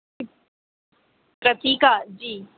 Kratika जी